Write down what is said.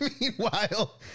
meanwhile